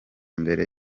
mbere